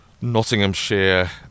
Nottinghamshire